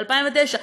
ומ-2009,